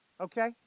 okay